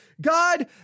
God